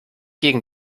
gegen